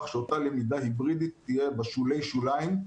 שאותה למידה היברידית תהיה בשולי שוליים,